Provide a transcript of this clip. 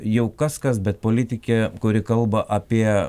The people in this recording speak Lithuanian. jau kas kas bet politikė kuri kalba apie